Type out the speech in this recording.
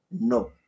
No